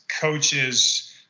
coaches